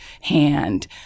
hand